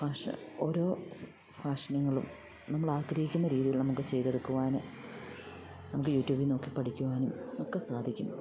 fashion ഓരോ ഫാഷനുകളും നമ്മളാഗ്രഹിക്കുന്ന രീതിയിൽ നമുക്ക് ചെയ്തെടുക്കുവാന് നമുക്ക് യൂട്യൂബിൽ നോക്കി പഠിക്കുവാനും ഒക്കെ സാധിക്കും